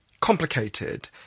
complicated